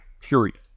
period